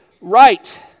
right